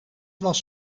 was